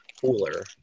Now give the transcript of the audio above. cooler